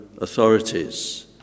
authorities